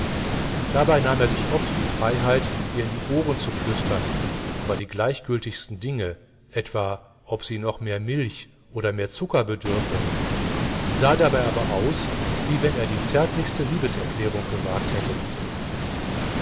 dabei nahm er sich oft die freiheit ihr in die ohren zu flüstern aber die gleichgültigsten dinge etwa ob sie noch mehr milch oder noch mehr zucker bedürfe sah aber dabei aus wie wenn er die zärtlichste liebeserklärung gewagt hätte